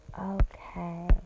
Okay